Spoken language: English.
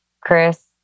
Chris